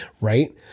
right